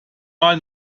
mal